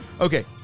Okay